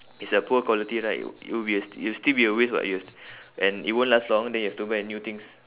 is a poor quality right it will be a it will still be a waste [what] you hav~ and it won't last long then you have to buy a new things